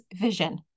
vision